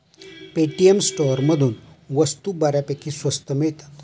Paytm स्टोअरमधून वस्तू बऱ्यापैकी स्वस्त मिळतात